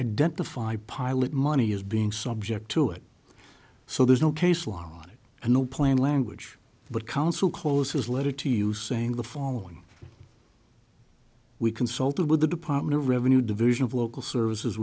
identify pilot money is being subject to it so there's no case law on it and no plain language but counsel close his letter to you saying the following we consulted with the department of revenue division of local services